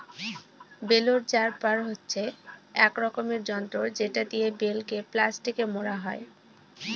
bell wrapper হচ্ছে এক রকমের যন্ত্র যেটা দিয়ে বেল কে প্লাস্টিকে মোড়া হয়